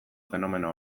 fenomeno